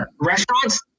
restaurants